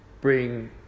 bring